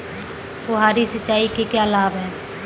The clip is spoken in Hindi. फुहारी सिंचाई के क्या लाभ हैं?